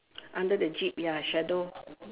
under the jeep ya shadow